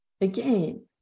again